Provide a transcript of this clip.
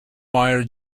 mire